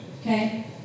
Okay